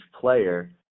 player